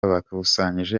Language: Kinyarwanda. bakusanyije